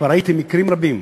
כבר ראיתי מקרים רבים